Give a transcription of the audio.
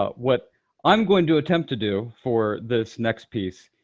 ah what i'm going to attempt to do for this next piece,